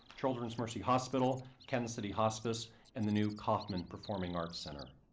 children's mercy hospital, kansas city hospice and the new kaufmann performing arts center.